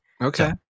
Okay